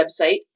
website